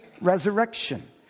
resurrection